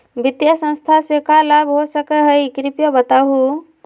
वित्तीय संस्था से का का लाभ हो सके हई कृपया बताहू?